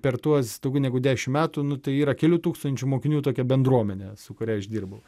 per tuos daugiau negu dešimt metų nu tai yra kelių tūkstančių mokinių tokia bendruomenė su kuria aš dirbau